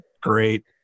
great